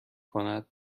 کند